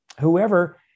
whoever